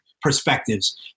perspectives